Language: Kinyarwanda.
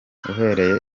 uhereye